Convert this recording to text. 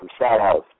shout-outs